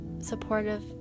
supportive